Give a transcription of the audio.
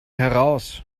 heraus